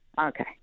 Okay